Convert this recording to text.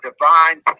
divine